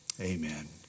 amen